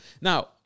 now